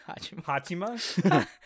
Hachima